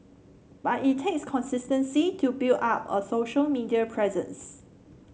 but it takes consistency to build up a social media presence